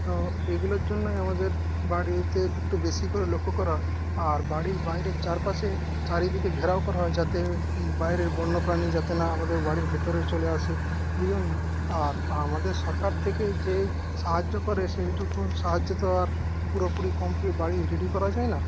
তো এগুলোর জন্যই আমাদের বাড়িতে একটু বেশি করে লক্ষ্য করা হয় আর বাড়ির বাইরে চারপাশে চারিদিকে ঘেরাও করা হয় যাতে বাইরের বন্য প্রাণী যাতে না আমাদের বাড়ির ভেতরে চলে আসে এই জন্য আর আমাদের সরকার থেকে যে সাহায্য করে সেইটুকু সাহায্যে তো আর পুরোপুরি কমপ্লিট বাড়ি রেডি করা যায় না